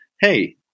hey